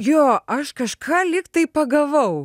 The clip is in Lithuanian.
jo aš kažką lyg tai pagavau